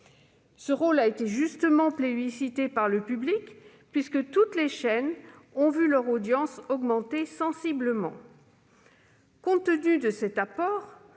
Ce rôle a été justement plébiscité par le public, puisque toutes les chaînes ont vu leurs audiences sensiblement augmenter. Compte tenu de cet apport,